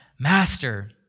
Master